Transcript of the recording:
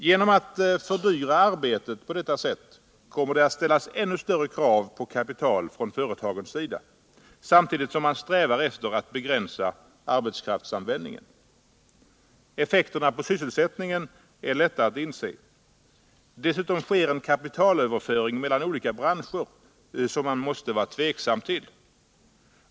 Genom att man fördyrar arbetet på detta sätt kommer det att ställas ännu större krav på kapital från företagens sida, samtidigt som de strävar efter att begränsa arbetskraftsanvändningen. Effekterna på sysselsättningen är lätta att inse. Dessutom sker en kapitalöverföring mellan olika branscher som man måste vara tveksam till.